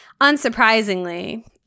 unsurprisingly